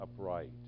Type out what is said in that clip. upright